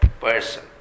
person